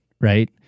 right